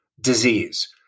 disease